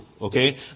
Okay